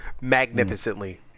magnificently